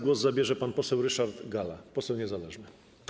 Głos zabierze pan poseł Ryszard Galla, poseł niezależny.